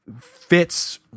fits